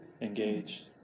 engaged